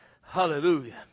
Hallelujah